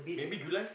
maybe July